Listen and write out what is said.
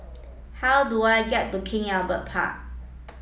how do I get to King Albert Park